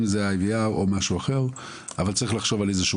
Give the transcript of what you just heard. אם זה IVR או משהו אחר איך להתמודד,